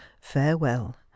farewell